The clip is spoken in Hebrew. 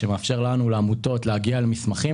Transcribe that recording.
שמאפשר לעמותות להגיע למסמכים